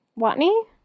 Watney